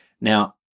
Now